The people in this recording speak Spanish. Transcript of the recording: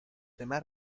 demás